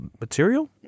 material